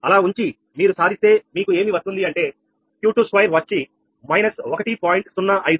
అలా ఉంచి మీరు సాధిస్తే మీకు ఏమి వస్తుందంటే Q22 వచ్చి 1